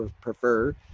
prefer